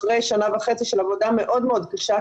אחרי שנה וחצי של עבודה מאוד מאוד קשה,